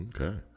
Okay